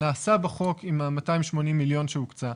זה נעשה בחוק עם הסכום של 280 מיליון שהוקצה.